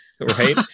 right